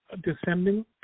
descending